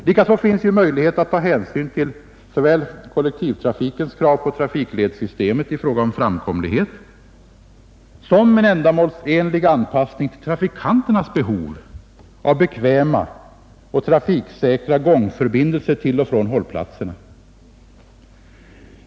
Likaså finns möjlighet att ta hänsyn till såväl kollektivtrafikens krav på trafikledssystemet i fråga om framkomlighet som en ändamålsenlig anpassning till trafikanternas behov av bekväma och trafiksäkra gångförbindelser till och från hållplatserna.